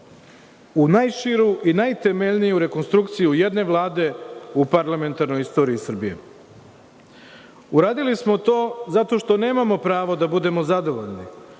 u najširu i najtemeljniju rekonstrukciju jedne vlade u parlamentarnoj istoriji Srbije. Uradili smo to zato što nemamo pravo da budemo zadovoljni